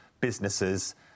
businesses